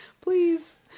please